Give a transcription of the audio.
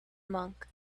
monk